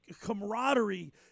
camaraderie